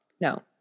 No